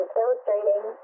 illustrating